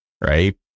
right